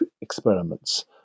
experiments